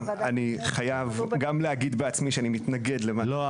אני חייב גם להגיד בעצמי שאני מתנגד לא,